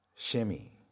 Shimmy